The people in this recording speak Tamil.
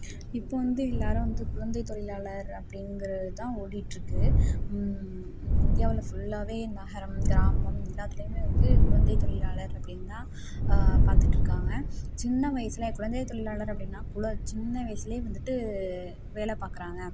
இப்போ வந்து எல்லோரும் வந்து குழந்தை தொழிலாளர் அப்படிங்கிறதுதான் ஓடிட்டிருக்கு இந்தியாவில் ஃபுல்லாகவே நகரம் கிராமம் எல்லாத்துலேயுமே வந்து குழந்தை தொழிலாளர்கள் அப்டின்னுதான் பாத்துட்டிருக்காங்க சின்ன வயதில் குழந்தை தொழிலாளர் அப்படினா சின்ன வயசுலேயே வந்துட்டு வேலை பாக்கிறாங்க